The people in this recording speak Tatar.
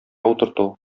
утырту